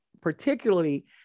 particularly